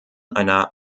einer